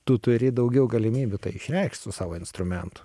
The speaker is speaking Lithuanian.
tu turi daugiau galimybių tai išreikšt savo instrumentu